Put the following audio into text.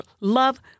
love